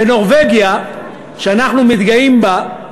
בנורבגיה, שאנחנו מתגאים בה,